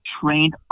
trained